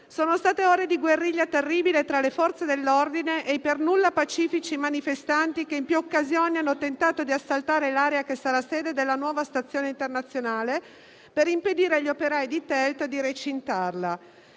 Sono state ore di guerriglia terribile tra le forze dell'ordine e i per nulla pacifici manifestanti, che in più occasioni hanno tentato di assaltare l'area che sarà sede della nuova autostazione internazionale per impedire agli operai di Tunnel